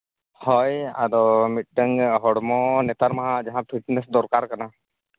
ᱦᱳᱭ ᱟᱫᱚ ᱢᱤᱫᱴᱟᱝ ᱦᱚᱲᱢᱚ ᱱᱮᱛᱟᱨ ᱢᱟ ᱡᱟᱦᱟᱸ ᱯᱷᱤᱴᱱᱮᱥ ᱫᱚᱨᱠᱟᱨ ᱠᱟᱱᱟ